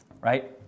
Right